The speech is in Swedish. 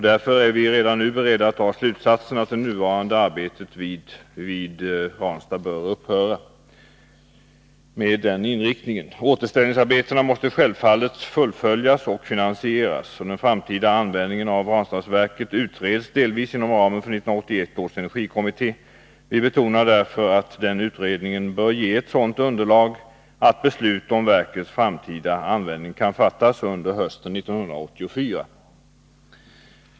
Därför är vi redan nu beredda att dra slutsatsen att det nuvarande arbetet vid Ranstad bör upphöra. Återställningsarbetena måste självfallet fullföljas och finansieras. Den framtida användningen av Ranstadsverket utreds delvis inom ramen för 1981 års energikommitté. Vi betonar därför att den utredningen bör ge ett sådant underlag att beslut om verkets framtida användning kan fattas under hösten 1984.